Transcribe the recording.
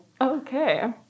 Okay